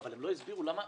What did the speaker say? אבל הם לא הסבירו למה.